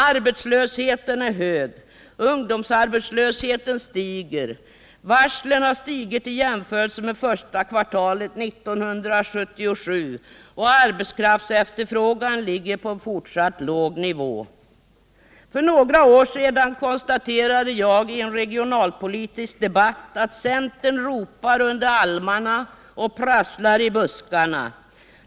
Arbetslösheten är hög, ungdomsarbetslösheten stiger, varslen har stigit i jämförelse med första kvartalet 1977 och arbetskraftsefterfrågan ligger fortfarande på en låg nivå. För några år sedan konstaterade jag i en regionalpolitisk debatt att centern ropar under almarna och prasslar i buskarna.